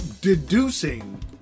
deducing